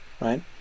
right